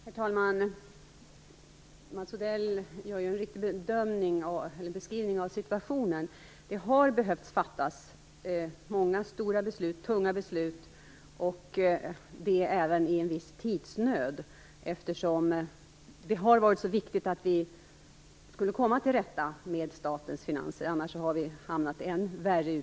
Herr talman! Mats Odell gör en riktig beskrivning av situationen. Det har behövts fattas många stora och tunga beslut, och även i en viss tidsnöd, eftersom det har varit så viktigt att komma till rätta med statens finanser för att vi inte skulle hamna än värre ute.